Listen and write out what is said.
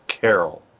Carol